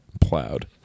plowed